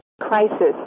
crisis